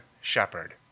shepherd